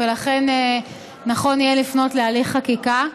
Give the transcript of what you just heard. ולכן נכון יהיה לפנות להליך חקיקה.